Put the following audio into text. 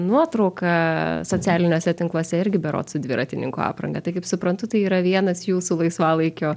nuotrauka socialiniuose tinkluose irgi berods dviratininko aprangą tai kaip suprantu tai yra vienas jūsų laisvalaikio